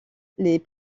les